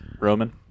Roman